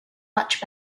much